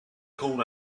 called